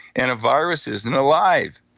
and a virus isn't alive.